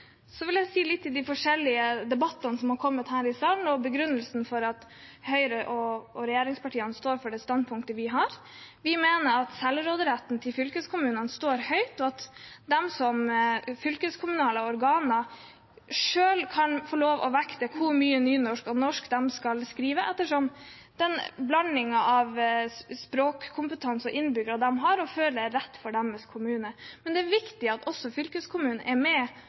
Så vil jeg si litt om de forskjellige synspunktene som har kommet her i salen, og om begrunnelsen for at Høyre og regjeringspartiene står for det standpunktet vi har. Vi mener at selvråderetten til fylkeskommunene står høyt, og at fylkeskommunale organer selv kan få lov til å vekte hvor mye nynorsk og bokmål de skal skrive, ut fra den blandingen av språkkompetanse og innbyggere de har, og som de føler er rett for deres kommune. Men det er viktig at også fylkeskommunene er med